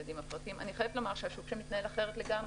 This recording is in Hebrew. אני חייבת לומר שהשוק שם מתנהל אחרת לגמרי.